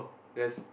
there's